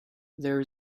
there